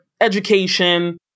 education